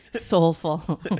soulful